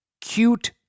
Cute